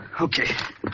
Okay